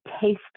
taste